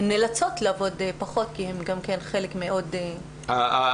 הן נאלצות לעבוד פחות כי הן גם חלק מעוד --- הסיבות